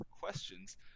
questions